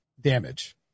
damage